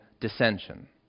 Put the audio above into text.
dissension